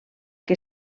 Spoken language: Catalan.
què